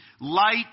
light